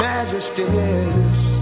Majesties